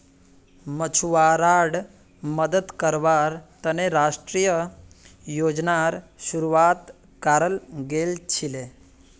मछुवाराड मदद कावार तने राष्ट्रीय योजनार शुरुआत कराल गेल छीले